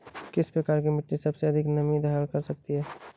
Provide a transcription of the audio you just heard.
किस प्रकार की मिट्टी सबसे अधिक नमी धारण कर सकती है?